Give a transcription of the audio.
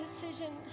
decision